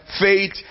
faith